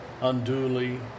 unduly